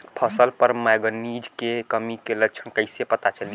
फसल पर मैगनीज के कमी के लक्षण कईसे पता चली?